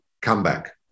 comeback